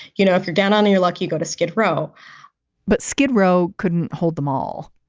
you know, if you're down on and your luck, you go to skid row but skid row couldn't hold them all.